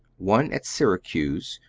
one at syracuse,